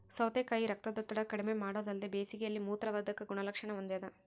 ಸೌತೆಕಾಯಿ ರಕ್ತದೊತ್ತಡ ಕಡಿಮೆಮಾಡೊದಲ್ದೆ ಬೇಸಿಗೆಯಲ್ಲಿ ಮೂತ್ರವರ್ಧಕ ಗುಣಲಕ್ಷಣ ಹೊಂದಾದ